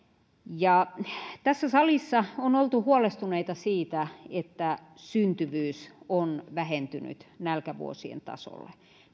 tässä salissa on oltu huolestuneita siitä että syntyvyys on vähentynyt nälkävuosien tasolle